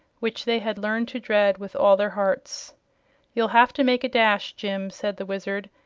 which they had learned to dread with all their hearts you'll have to make a dash, jim, said the wizard,